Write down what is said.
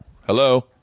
hello